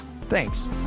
Thanks